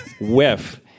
whiff